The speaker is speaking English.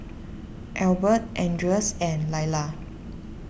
Albert Andres and Lyla